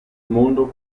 mondo